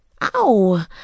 Ow